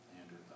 Andrew